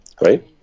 right